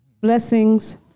Blessings